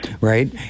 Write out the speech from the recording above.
Right